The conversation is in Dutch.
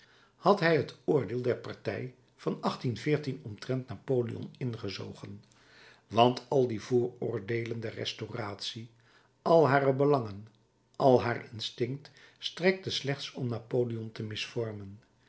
had hij het oordeel der partij van omtrent napoleon ingezogen want al die vooroordeelen der restauratie al hare belangen al haar instinct strekte slechts om napoleon te misvormen